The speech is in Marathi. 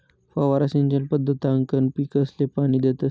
फवारा सिंचन पद्धतकंन पीकसले पाणी देतस